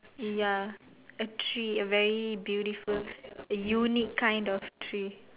ya a tree a very beautiful a unique kind of tree